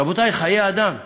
רבותיי, חיי אדם נפגעים.